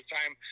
time